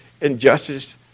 injustice